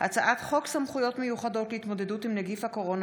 הצעת חוק סמכויות מיוחדות להתמודדות עם נגיף הקורונה